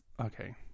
Okay